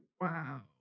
wow